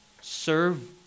serve